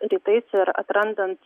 rytais ir atrandant